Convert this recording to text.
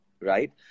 right